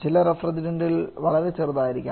ചില റഫ്രിജറന്റുകളിൽ വളരെ ചെറുതായിരിക്കാം